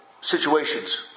situations